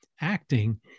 acting